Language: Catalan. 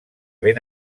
ben